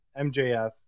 MJF